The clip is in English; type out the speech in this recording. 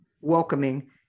welcoming